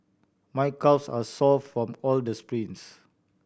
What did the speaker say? my calves are sore from all the sprints